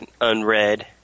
unread